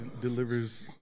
delivers